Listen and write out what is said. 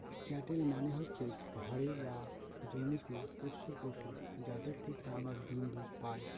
cattle মানে হচ্ছে ঘরে বা জমিতে পোষ্য পশু, যাদের থেকে আমরা ডিম দুধ পায়